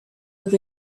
with